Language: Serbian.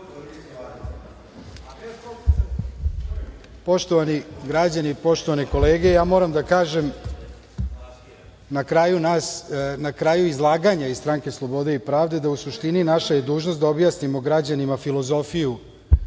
lepo. Poštovani građani i poštovane kolege, ja moram da kažem na kraju izlaganja iz Stranke slobode i pravde da u suštini naša je dužnost da objasnimo građanima filozofiju